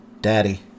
daddy